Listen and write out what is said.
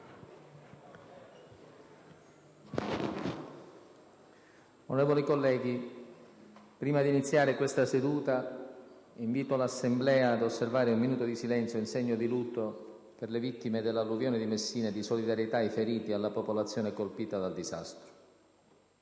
Onorevoli colleghi, prima di iniziare questa seduta, invito l'Assemblea ad osservare un minuto di silenzio in segno di lutto per le vittime dell'alluvione di Messina e di solidarietà ai feriti e alla popolazione colpita dal disastro.